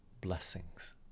blessings